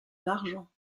l’argent